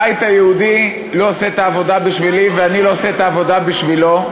הבית היהודי לא עושה את העבודה בשבילי ואני לא עושה את העבודה בשבילו.